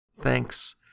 Thanks